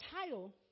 title